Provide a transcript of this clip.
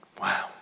Wow